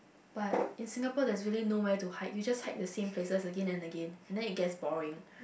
but in Singapore there is really nowhere to hike you just hike the same places again and again and then it gets boring